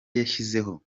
yashyizeho